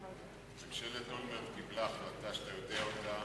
ממשלת אולמרט קיבלה החלטה שאתה יודע אותה,